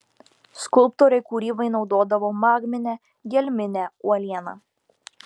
skulptoriai kūrybai naudodavo magminę gelminę uolieną